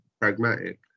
pragmatic